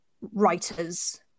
writers